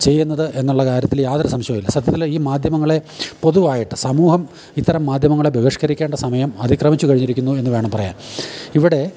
ചെയ്യുന്നത് എന്നുള്ള കാര്യത്തിൽ യാതൊരു സംശയവും ഇല്ല സത്യത്തിൽ ഈ മാധ്യമങ്ങളെ പൊതുവായിട്ട് സമൂഹം ഇത്തരം മാധ്യമങ്ങളെ ബഹിഷ്കരിക്കേണ്ട സമയം അതിക്രമിച്ചു കഴിഞ്ഞിരിക്കുന്നു എന്ന് വേണം പറയാൻ ഇവിടെ